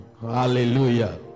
Hallelujah